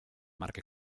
marca